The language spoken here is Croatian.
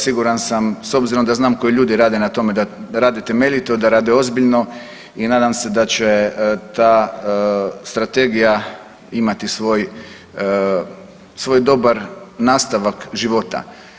Siguran sam s obzirom da znam koji ljudi rade na tome da rade temeljito, da rade ozbiljno i nadam se da će ta strategija imati svoj dobar nastavak života.